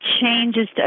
changes